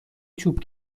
چوب